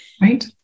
Right